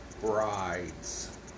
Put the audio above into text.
brides